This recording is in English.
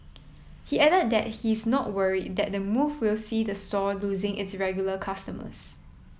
he added that he's not worried that the move will see the store losing its regular customers